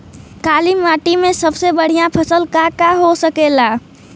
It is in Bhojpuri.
काली माटी में सबसे बढ़िया फसल का का हो सकेला?